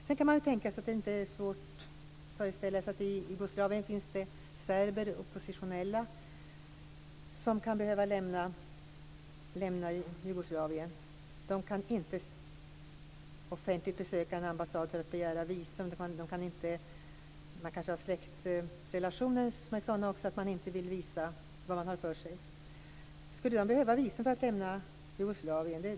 Sedan är det inte svårt att föreställa sig att det i Jugoslavien finns oppositionella serber som kan behöva lämna Jugoslavien. De kan inte offentligt besöka en ambassad för att begära visum. De kanske också har släktrelationer som är sådana att de inte vill visa vad de har för sig. Skulle de behöva visum för att lämna Jugoslavien?